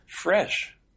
Fresh